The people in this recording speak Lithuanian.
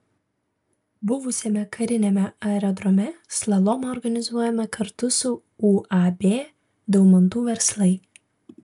buvusiame kariniame aerodrome slalomą organizuojame kartu su uab daumantų verslai